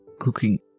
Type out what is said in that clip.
cooking